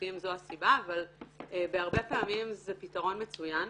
לעתים זו הסיבה, אבל בהרבה פעמים זה פתרון מצוין.